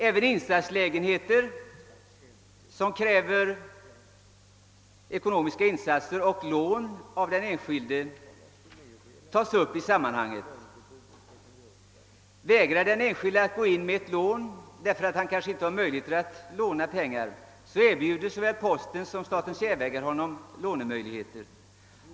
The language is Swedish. Även insatslägenheter som kräver ekonomiska insatser av den enskilde tas upp i sammanhanget. Om den enskilde inte kan satsa de belopp som fordras erbjuder såväl postverket som SJ honom att få låna pengar.